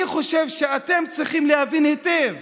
אני חושב שאתם צריכים להבין היטב